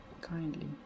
kindly